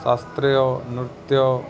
ଶାସ୍ତ୍ରୀୟ ନୃତ୍ୟ